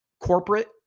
corporate